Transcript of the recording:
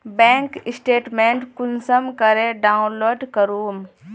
Bank statement कुंसम करे download करूम?